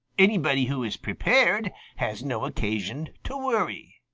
anybody who is prepared has no occasion to worry.